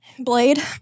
Blade